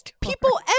people